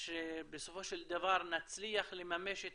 שבסופו של דבר נצליח לממש את